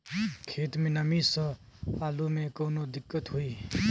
खेत मे नमी स आलू मे कऊनो दिक्कत होई?